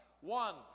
One